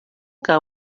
que